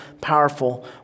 powerful